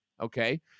Okay